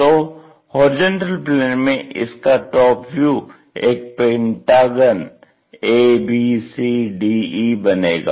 तो HP में इसका टॉप व्यू एक पेंटागन abcde बनेगा